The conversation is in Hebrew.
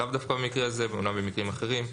לאו דווקא במקרה הזה אמנם במקרים אחרים,